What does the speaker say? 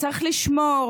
צריך לשמור